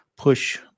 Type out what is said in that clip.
Push